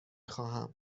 خواهم